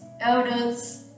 Elders